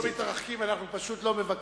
אנחנו לא מתרחקים, אנחנו פשוט לא מבקרים